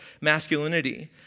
masculinity